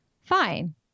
fine